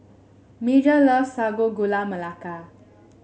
Major loves Sago Gula Melaka